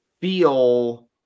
feel